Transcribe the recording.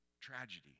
tragedy